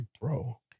bro